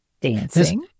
Dancing